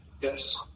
Yes